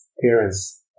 parents